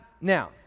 Now